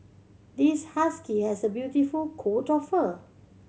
this husky has a beautiful coat of fur